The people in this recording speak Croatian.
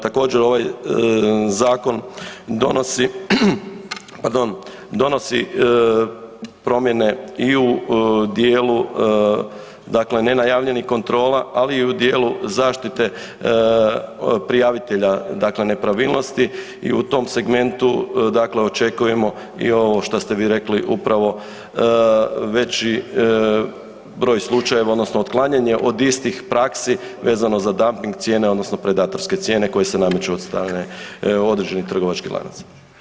Također, ovaj zakon donosi, pardon, donosi promjene i u dijelu dakle nenajavljenih kontrola, ali i u dijelu zaštite prijavitelja dakle nepravilnosti i u tom segmentu dakle očekujemo i ovo što ste vi rekli, upravo veći broj slučajeva, odnosno otklanjanje od istih praksi vezano za damping cijene, odnosno predatorske cijene koje se nameću od strane određenih trgovačkih lanaca.